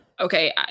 Okay